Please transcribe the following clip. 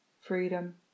freedom